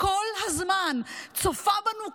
כל הזמן: צפה בנו כשרבנו,